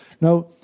Now